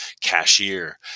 cashier